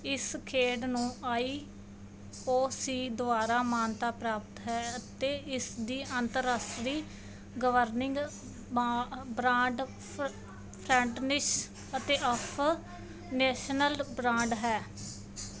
ਇਸ ਖੇਡ ਨੂੰ ਆਈ ਓ ਸੀ ਦੁਆਰਾ ਮਾਨਤਾ ਪ੍ਰਾਪਤ ਹੈ ਅਤੇ ਇਸ ਦੀ ਅੰਤਰਰਾਸ਼ਟਰੀ ਗਵਰਨਿੰਗ ਬਾਡ ਬਰਾਂਡਸ ਫੈਟਨਿਸ਼ ਅਤੇ ਆਫਨੈਸ਼ਨਲ ਬ੍ਰਾਂਡ ਹੈ